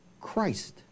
Christ